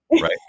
right